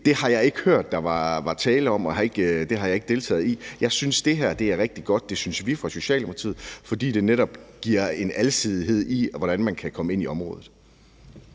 Det har jeg ikke hørt at der har været tale om. Det har jeg ikke deltaget i. Jeg synes, at det her er rigtig godt. Det synes vi fra Socialdemokratiets side, fordi det netop giver en alsidighed, i forhold til hvordan man kan komme ind i området.